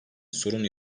sorun